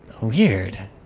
Weird